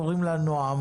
קוראים לה נעם,